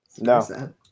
no